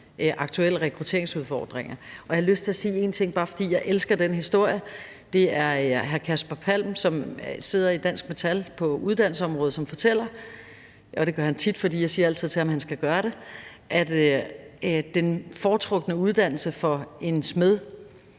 aktuelle rekrutteringsudfordringer. Jeg har lyst til at sige en ting, bare fordi jeg elsker den historie. Det er Kasper Palm, som sidder i Dansk Metal på uddannelsesområdet, som fortæller historien om – og det gør han tit, fordi jeg altid siger til ham, at han skal gøre det – hvad den foretrukne uddannelse for en smed,